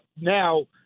Now